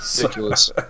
Ridiculous